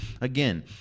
again